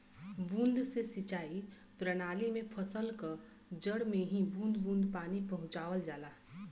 बूंद से सिंचाई प्रणाली में फसल क जड़ में ही बूंद बूंद पानी पहुंचावल जाला